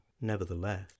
nevertheless